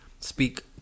speak